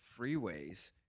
freeways